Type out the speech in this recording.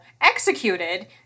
executed